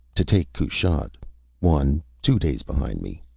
to take kushat one, two days behind me.